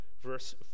verse